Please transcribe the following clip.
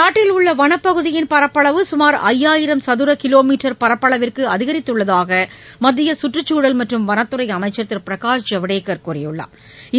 நாட்டில் உள்ளவனப்பகுதியின் பரப்பளவு சுமாா் ஐயாயிரம் சதுரகிலோமீட்டர் பரப்பளவிற்குஅதிகித்துள்ளதாகமத்தியசுற்றுச்சூழல் மற்றும் வனத்துறைஅமைச்சர் திருபிரகாஷ் ஐவடேக்கர் கூறியுள்ளா்